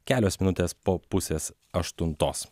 kelios minutės po pusės aštuntos